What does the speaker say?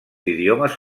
idiomes